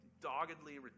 doggedly